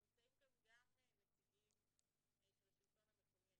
שנמצאים כאן גם נציגים של השלטון המקומי,